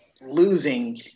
losing